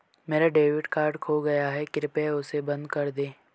मेरा debit card खो गया है, कृपया उसे बंद कर दें